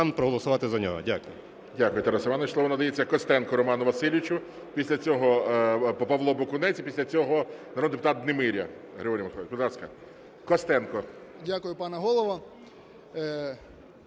Дякую, пане Голово.